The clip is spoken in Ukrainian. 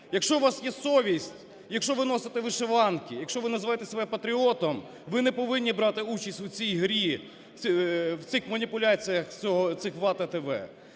Якщо у вас є совість, якщо ви носите вишиванки, якщо ви називаєте себе патріотом, ви не повинні брати участь у цій грі, в цих маніпуляціях цих "ВАТА